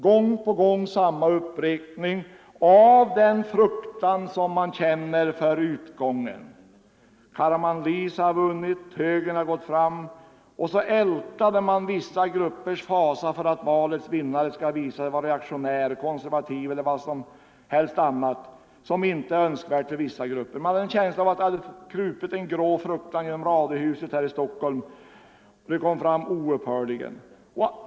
Gång på gång samma upprepning av den fruktan man kände för utgången, Karamanlis har vunnit, högern har gått fram, och så ältade man vissa gruppers fasa för att valets vinnare skulle visa sig vara reaktionär, konservativ eller vad som helst annat som inte är önskvärt för vissa grupper. Man hade en känsla av att det hade krupit en grå fruktan genom radiohuset i Stockholm, det kom fram oupphörligen.